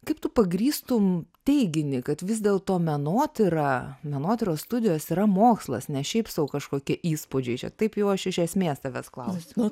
kaip tu pagrįstum teiginį kad vis dėlto menotyra menotyros studijos yra mokslas ne šiaip sau kažkokie įspūdžiai čia taip jau aš iš esmės tavęs klausiu